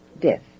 death